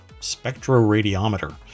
Spectroradiometer